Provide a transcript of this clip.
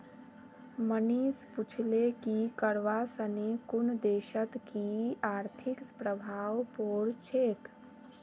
मनीष पूछले कि करवा सने कुन देशत कि आर्थिक प्रभाव पोर छेक